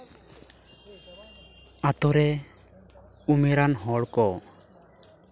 ᱟᱛᱳ ᱨᱮ ᱩᱢᱮᱨᱟᱱ ᱦᱚᱲ ᱠᱚ